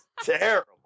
terrible